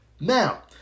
Now